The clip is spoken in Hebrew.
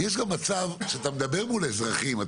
יש גם מצב שאתה מדבר מול אזרחים,